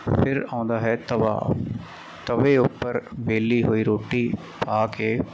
ਫਿਰ ਆਉਂਦਾ ਹੈ ਤਵਾ ਤਵੇ ਉੱਪਰ ਵੇਲੀ ਹੋਈ ਰੋਟੀ ਪਾ ਕੇ